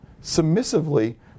submissively